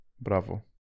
Bravo